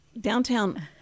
downtown